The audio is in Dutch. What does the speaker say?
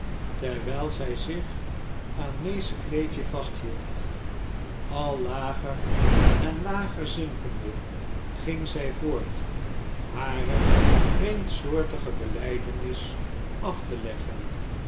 terwijl zij zich aan may's kleedje vasthield al lager en lager zinkende ging zij voort hare vreemdsoortige belijdenis af te leggen